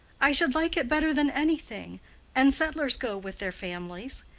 i should like it better than anything and settlers go with their families.